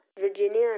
Virginia